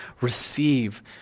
receive